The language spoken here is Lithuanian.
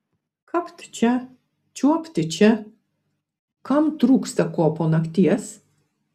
kapt čia čiuopti čia kam trūksta ko po nakties